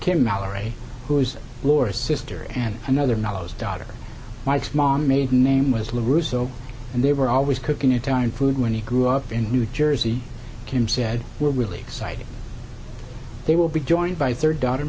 ken mallory who is laura's sister and another knows daughter mike's mom maiden name was loose so and they were always cooking in time food when he grew up in new jersey kim said we're really excited they will be joined by third daughter